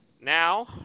now